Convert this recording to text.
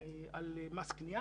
על מס קנייה.